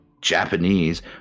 Japanese